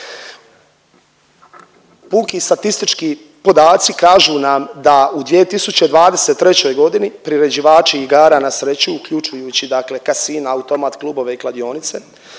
Puki statistički podaci kažu nam da u 2023. g. priređivači igara na sreću, uključujući dakle kasina, automat klubove i kladionice